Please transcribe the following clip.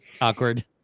awkward